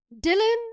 Dylan